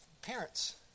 Parents